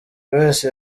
wese